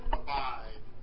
abide